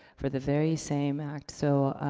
for the very same act. so,